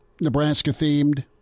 Nebraska-themed